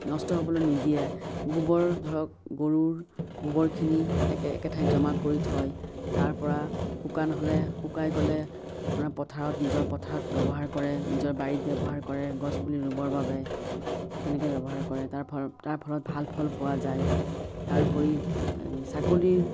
নষ্ট হ'বলৈ নিদিয়ে গোবৰ ধৰক গৰুৰ গোবৰখিনি একে একে ঠাইত জমা কৰি থয় তাৰ পৰা শুকান হ'লে শুকাই গ'লে আপোনাৰ পথাৰত নিজৰ পথাৰত ব্যৱহাৰ কৰে নিজৰ বাৰীত ব্যৱহাৰ কৰে গছপুলি ৰোবৰ বাবে তেনেকৈ ব্যৱহাৰ কৰে তাৰ ফৰ তাৰফলত ভাল ফল পোৱা যায় তাৰোপৰি ছাগলীৰ